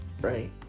Right